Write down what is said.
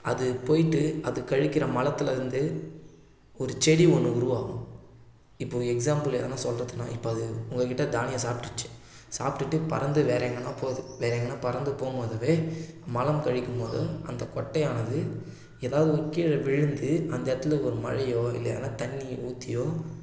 அது போயிட்டு அது கழிக்கின்ற மலத்தில் இருந்து ஒரு செடி ஒன்று உருவாகும் இப்போ எக்ஸ்சாம்பிள் எதுனா சொல்கிறதுன்னா இப்போ அது உங்ககிட்ட தானியம் சாப்பிட்ருச்சி சாப்பிட்டுட்டு பறந்து வேறே எங்கேன்னா போது வேறே எங்கேன்னா பறந்து போகும் பொழுதே மலம் கழிக்கும்போது அந்த கொட்டையானது எதாவது ஒரு கீழே விழுந்து அந்த இடத்துல ஒரு மழையோ இல்லை எதுனா தண்ணியை ஊற்றியோ